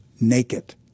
naked